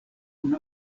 kun